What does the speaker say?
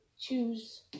choose